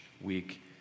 week